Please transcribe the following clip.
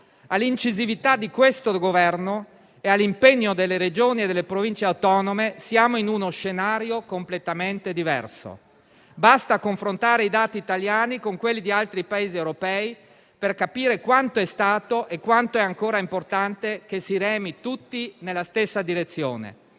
all'incisività di questo Governo e all'impegno delle Regioni e delle Province autonome, siamo in uno scenario completamente diverso. Basta confrontare i dati italiani con quelli di altri Paesi europei per capire quanto è stato e quanto è ancora importante che si remi tutti nella stessa direzione.